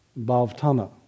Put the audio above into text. Bhavtana